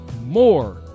more